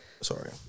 sorry